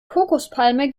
kokospalme